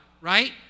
right